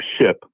ship